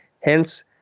Hence